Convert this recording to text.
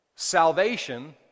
Salvation